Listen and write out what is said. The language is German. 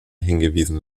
hingewiesen